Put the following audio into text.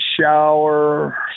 shower